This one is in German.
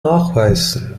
nachweisen